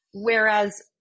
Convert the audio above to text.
Whereas